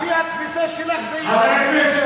לפי התפיסה שלך זה יקרה.